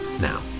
now